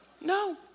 No